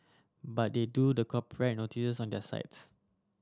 but they do the copyright notices on their sites